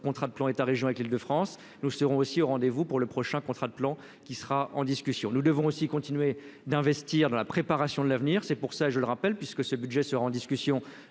contrat de plan État-Région avec l'Île-de-France nous seront aussi au rendez-vous pour le prochain contrat de plan qui sera en discussion, nous devons aussi continuer d'investir dans la préparation de l'avenir, c'est pour ça, je le rappelle, puisque ce budget sera en discussion